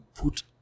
put